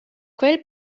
quel